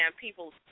people